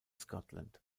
scotland